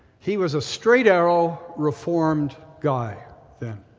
he was a straight arrow reformed guy then,